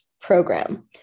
program